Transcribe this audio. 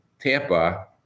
Tampa